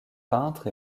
peintre